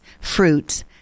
fruits